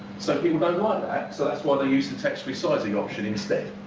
so people don't like that. so that's why they use the text resizing option instead.